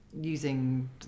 using